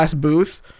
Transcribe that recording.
booth